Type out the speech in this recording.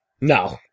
No